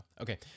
Okay